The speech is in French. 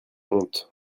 honte